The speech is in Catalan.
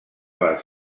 les